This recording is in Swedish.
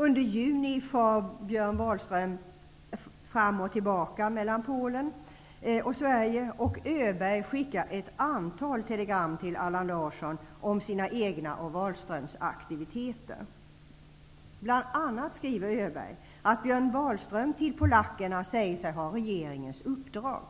Under juni far Björn Wahlström fram och tillbaka mellan Polen och Sverige. Öberg skickar ett antal telegram till Allan Larsson om sina egna och Wahlströms aktiviteter. Öberg skriver bl.a. att Björn Wahlström till polackerna säger sig ha regeringens uppdrag,